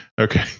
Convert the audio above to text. okay